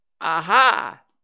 Aha